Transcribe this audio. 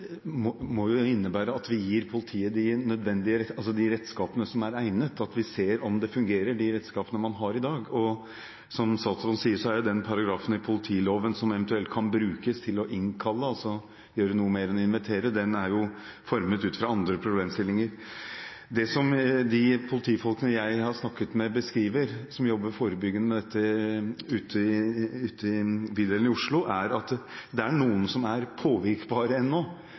redskapene som er egnet, og at vi ser om de redskapene man har i dag, fungerer. Som statsråden sier, er den paragrafen i politiloven som eventuelt kan brukes til å innkalle, altså til å gjøre noe mer enn å invitere, formet ut fra andre problemstillinger. De politifolkene jeg har snakket med og som jobber forebyggende med dette ute i bydelene i Oslo, beskriver det slik at det er noen som lar seg påvirke ennå, men som ikke er der ennå